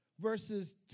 verses